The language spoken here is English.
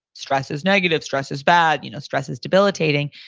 stress is negative, stress is bad, you know stress is debilitating.